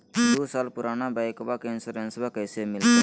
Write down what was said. दू साल पुराना बाइकबा के इंसोरेंसबा कैसे मिलते?